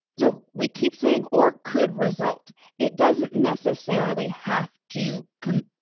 so we keep saying or could result it doesn't necessarily have to come